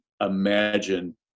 imagine